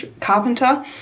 carpenter